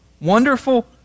Wonderful